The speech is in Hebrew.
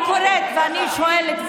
ואני קוראת ואני שואלת,